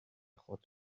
خود